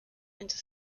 into